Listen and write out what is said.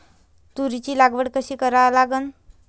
तुरीची लागवड कशी करा लागन?